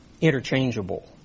interchangeable